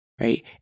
right